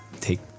take